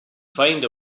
find